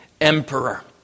Emperor